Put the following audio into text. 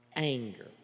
anger